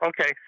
okay